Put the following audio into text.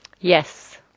Yes